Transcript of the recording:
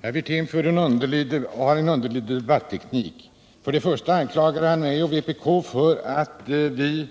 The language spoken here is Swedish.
Herr talman! Herr Wirtén har en underlig debatteknik. Först anklagar han mig och vpk att vi